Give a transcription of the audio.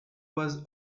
was